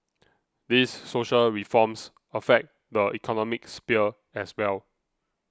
these social reforms affect the economic sphere as well